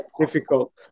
difficult